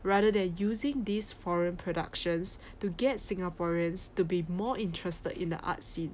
rather than using this foreign productions to get singaporeans to be more interested in the art scene